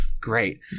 great